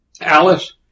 Alice